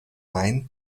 main